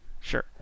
sure